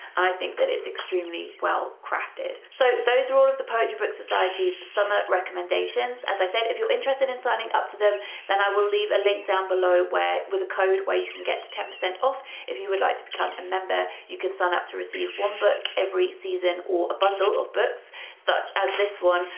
i think that it's extremely well-crafted. so those are all of the poetry book society's summer recommendations. as i said if you're interested in signing up to them then i will leave a link down below along with a code where you can get to ten percent off if you would like to become a member you can sign up to receive one book every season or a bundle of books such as this one.